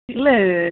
ಇಲ್ಲ